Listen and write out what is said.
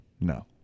No